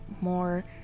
more